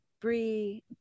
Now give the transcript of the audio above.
Bree